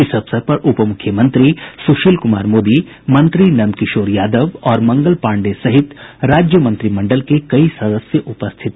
इस अवसर पर उप मुख्यमंत्री सुशील कुमार मोदी मंत्री नंदकिशोर यादव और मंगल पांडेय सहित राज्य मंत्रिमंडल के कई सदस्य उपस्थित थे